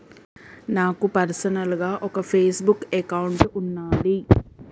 నాకు పర్సనల్ గా ఒక ఫేస్ బుక్ అకౌంట్ వున్నాది